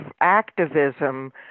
activism